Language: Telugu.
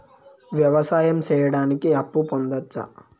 వ్యవసాయం సేయడానికి అప్పు పొందొచ్చా?